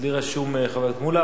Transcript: לי רשום חבר הכנסת מולה,